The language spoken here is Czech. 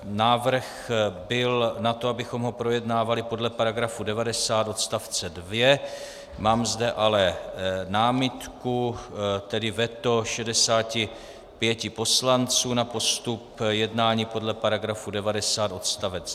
Návrh byl na to, abychom ho projednávali podle § 90 odst. 2, mám zde ale námitku, tedy veto 65 poslanců na postup jednání podle § 90 odst.